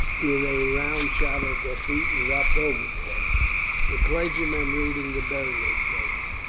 with a round shot at their feet, and dropped overboard the clergyman reading the burial service.